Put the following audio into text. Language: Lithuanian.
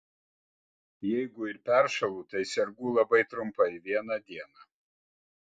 jeigu ir peršąlu tai sergu labai trumpai vieną dieną